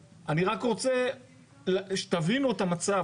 אם אני לא אקבל את התמיכה הזאת,